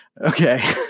Okay